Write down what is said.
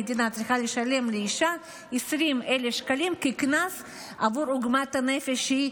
המדינה צריכה לשלם לאישה 20,000 שקלים כקנס עבור עוגמת הנפש.